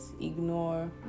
ignore